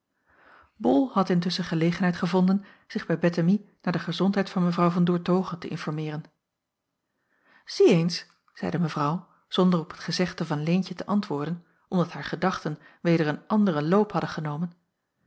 bol had intusschen gelegenheid gevonden zich bij bettemie naar de gezondheid van mw van doertoghe te informeeren zie eens zeide mevrouw zonder op het gezegde van leentje te antwoorden omdat haar gedachten weder een anderen loop hadden genomen